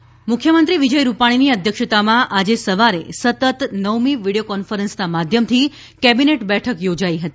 મંત્રીમંડળ મુખ્યમંત્રી વિજય રૂપાણીની અધ્યક્ષતામાં આજે સવારે સતત નવમી વિડીયો કોન્ફરન્સના માધ્યમથી કેબીનેટ બેઠક યોજાઈ હતી